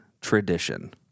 tradition